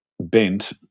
bent